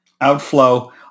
outflow